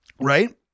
Right